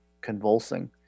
convulsing